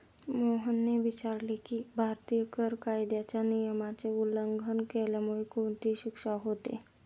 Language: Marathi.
मोहनने विचारले की, भारतीय कर कायद्याच्या नियमाचे उल्लंघन केल्यामुळे कोणती शिक्षा होते?